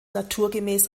naturgemäß